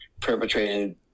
perpetrated